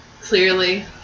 clearly